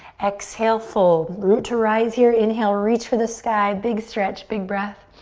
exhale, fold. root to rise here. inhale, reach for the sky. big stretch, big breath.